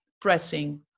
pressing